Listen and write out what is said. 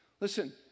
Listen